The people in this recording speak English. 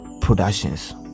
Productions